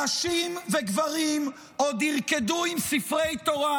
נשים וגברים עוד ירקדו עם ספרי תורה